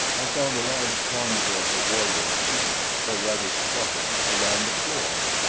i found a large concourse of warriors seated, or rather squatted, around the floor.